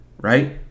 right